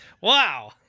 Wow